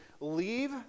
leave